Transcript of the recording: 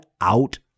out